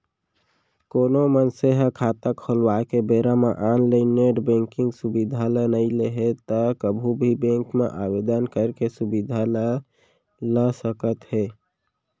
कोनो मनसे ह खाता खोलवाए के बेरा म ऑनलाइन नेट बेंकिंग सुबिधा ल नइ लेहे त कभू भी बेंक म आवेदन करके सुबिधा ल ल सकत हे